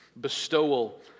bestowal